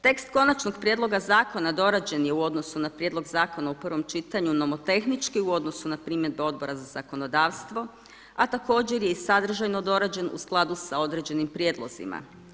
Tekst konačnog prijedloga zakona dorađen je u odnosu na prijedlog zakona u prvom čitanju nomotehnički u odnosu na primjedbe Odbora za zakonodavstvo a također je i sadržajno dorađen u skladu sa određenim prijedlozima.